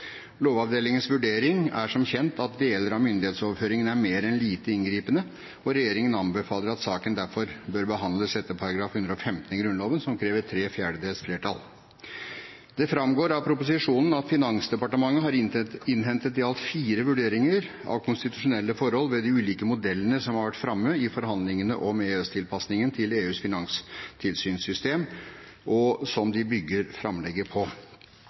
Lovavdelingens vurdering er som kjent at deler av myndighetsoverføringen er mer enn lite inngripende, og regjeringen anbefaler at saken derfor bør behandles etter § 115 i Grunnloven, som krever tre fjerdedels flertall. Det framgår av proposisjonen at Finansdepartementet har innhentet i alt fire vurderinger av konstitusjonelle forhold ved de ulike modellene som har vært framme i forhandlingene om EØS-tilpasningen til EUs finanstilsynssystem, og som de bygger framlegget på.